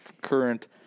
current